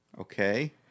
Okay